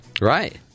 Right